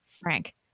Frank